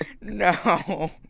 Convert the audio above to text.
No